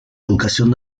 educación